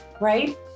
right